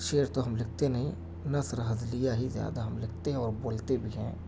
شعر تو ہم لکھتے نہیں نثر ہزلیہ ہی زیادہ ہم لکھتے ہیں اور بولتے بھی ہیں